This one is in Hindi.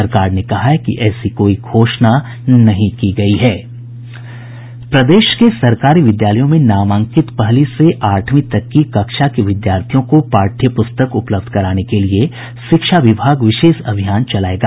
सरकार ने कहा है कि ऐसी कोई घोषणा नहीं की गई है प्रदेश के सरकारी विद्यालयों में नामांकित पहली से आठवीं तक की कक्षा के विद्यार्थियों को पाठ्य प्रस्तक उपलब्ध कराने के लिये शिक्षा विभाग विशेष अभियान चलायेगा